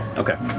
okay.